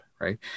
right